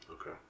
Okay